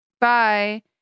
bye